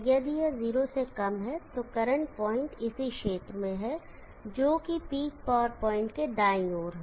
यदि यह 0 से कम है तो करंट प्वाइंट इसी क्षेत्र में है जो कि पीक पावर पॉइंट के दाईं ओर है